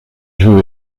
jeu